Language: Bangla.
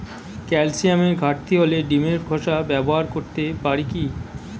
ক্যালসিয়ামের ঘাটতি হলে ডিমের খোসা ব্যবহার করতে পারি কি?